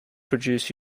produced